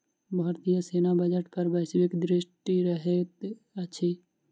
भारतीय सेना बजट पर वैश्विक दृष्टि रहैत अछि